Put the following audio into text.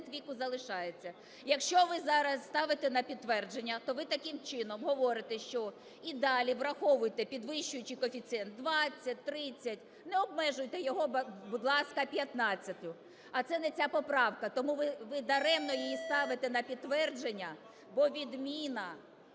віку залишається. Якщо ви зараз ставите на підтвердження, то ви таким чином говорите, що і далі враховуйте підвищуючий коефіцієнт 20, 30, не обмежуйте його, будь ласка, 15-ю. А це не ця поправка. Тому ви даремно її ставите на підтвердження, бо відміна…